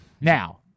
now